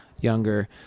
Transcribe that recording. younger